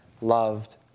loved